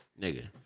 Nigga